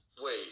Wait